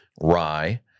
rye